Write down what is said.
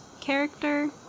character